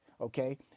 okay